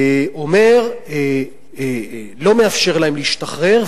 לא מאפשר להם להשתחרר,